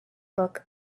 book